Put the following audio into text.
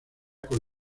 con